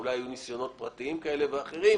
אולי היו ניסיונות פרטיים כאלה ואחרים,